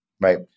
right